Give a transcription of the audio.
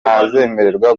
ntazemererwa